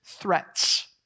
Threats